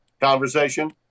conversation